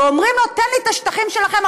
ואומרים לו: תן לי את השטחים שלכם,